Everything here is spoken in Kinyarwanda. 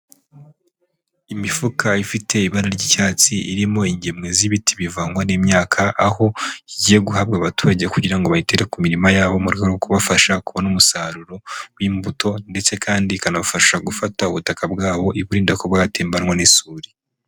Imifuka ifite ibara ry'icyatsi irimo ingemwe z'ibiti bivangwa n'imyaka, aho igiye guhabwa abaturage kugira ngo bayitere ku mirima yabo mu rwego rwo kubafasha kubona umusaruro w'imbuto, ndetse kandi ikanabafasha gufata ubutaka bwabo iburinda kuba bwatembanwa n'isuri.